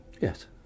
Yes